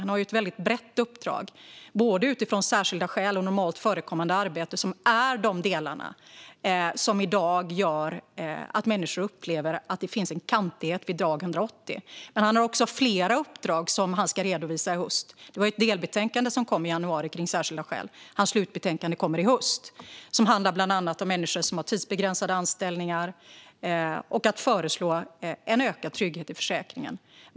Han har ett väldigt brett uppdrag, både utifrån särskilda skäl och utifrån normalt förekommande arbete som är de delar som i dag gör att människor upplever att det finns en kantighet vid dag 180. Han har också fler uppdrag som han ska redovisa i höst. Det kom ett delbetänkande i januari om särskilda skäl. Hans slutbetänkande kommer i höst. Det handlar bland annat om människor som har tidsbegränsade anställningar, och han ska föreslå en ökad trygghet i försäkringen.